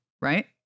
right